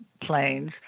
planes